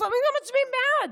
לפעמים גם מצביעים בעד,